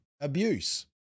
abuse